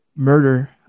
murder